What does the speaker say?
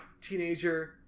teenager